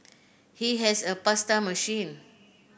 he has a pasta machine